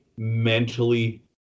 mentally